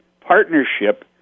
partnership